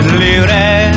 libre